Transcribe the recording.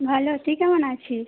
ভালো তুই কেমন আছিস